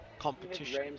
competition